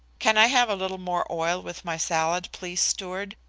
can i have a little more oil with my salad, please, steward,